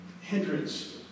hindrance